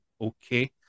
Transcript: okay